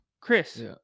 Chris